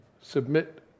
submit